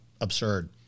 absurd